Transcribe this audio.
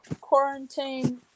quarantine